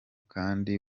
kandi